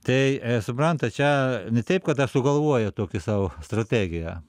tai suprantat čia ne taip kad aš sugalvoju tokį savo strategiją